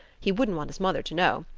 he wouldn't want his mother to know,